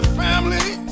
family